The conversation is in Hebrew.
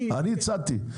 אני הצעתי.